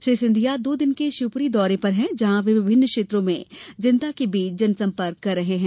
श्री सिंधिया दो दिन के शिवपुरी दौरे पर हैं जहां वे विभिन्न क्षेत्रों में जनता के बीच जनसंपर्क रहे हैं